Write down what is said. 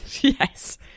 Yes